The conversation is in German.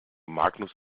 magnus